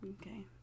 Okay